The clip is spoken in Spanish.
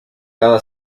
cada